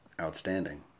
outstanding